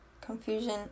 confusion